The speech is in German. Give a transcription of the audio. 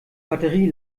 batterie